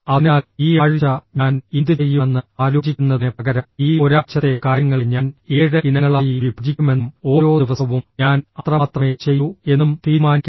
അതിനാൽ ഈ ആഴ്ഴ്ച ഞാൻ ഇന്തുചെയ്യുമെന്ന് ആലോചിക്കുന്നതിന് പകരം ഈ ഒരാഴ്ചത്തെ കാര്യങ്ങളെ ഞാൻ ഏഴ് ഇനങ്ങളായി വിഭജിക്കുമെന്നും ഓരോ ദിവസവും ഞാൻ അത്രമാത്രമേ ചെയ്യൂ എന്നും തീരുമാനിക്കണം